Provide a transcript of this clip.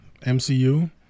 MCU